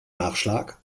nachschlag